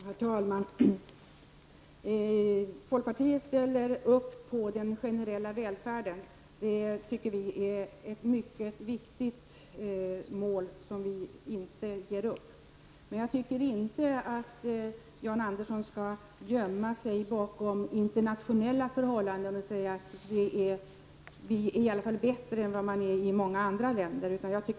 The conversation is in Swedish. Herr talman! Folkpartiet ställer upp på den generella välfärden. Vi menar att det är ett mycket viktigt mål, och det är något som vi inte ger upp. Jag tycker emellertid inte att Jan Andersson skall gömma sig bakom internationella förhållanden och säga att vi i alla fall är bättre än vad man är i många andra länder.